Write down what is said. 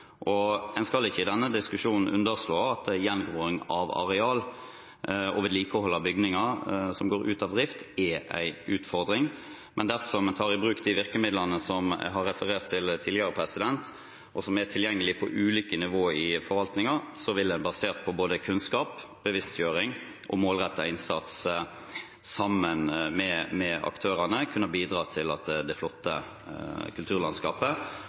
En skal ikke i denne diskusjonen underslå at gjengroing av areal og vedlikehold av bygninger som går ut av drift, er en utfordring. Men dersom en tar i bruk de virkemidlene som jeg har referert til tidligere, og som er tilgjengelig på ulike nivåer i forvaltningen, vil en basert på både kunnskap, bevisstgjøring og målrettet innsats sammen med aktørene kunne bidra til at det flotte kulturlandskapet